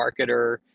marketer